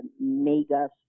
mega